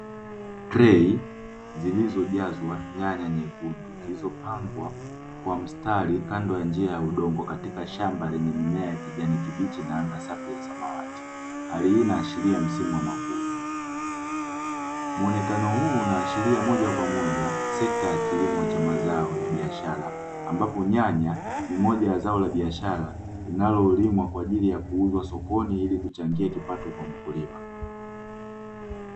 Trei zilizojazwa nyanya nyekundu, zilizopangwa kwa mstari kando ya njia ya udongo katika shamba lenye mimea ya kijani kibichi na anga safi ya samawati, hali hii inaashiria msimu wa mavuno. Muonekano huu unaashiria moja kwa moja sekta ya kilimo cha mazao ya biashara. Ambapo nyanya ni moja ya zao la biashara linalolimwa kwa ajili ya kuuzwa sokoni ili kuchangia kipato kwa mkulima.